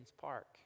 Park